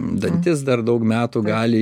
dantis dar daug metų gali